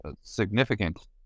significant